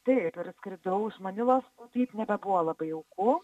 taip ir atskridau iš manilos nu taip nebebuvo labai jauku